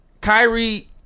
Kyrie